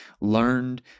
learned